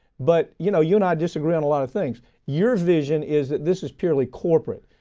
but you know, you and i disagree on a lot of things, your vision is that this is purely corporate.